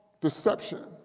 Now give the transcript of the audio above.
deception